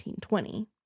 1920